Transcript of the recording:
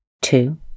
two